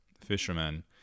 fisherman